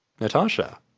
Natasha